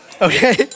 Okay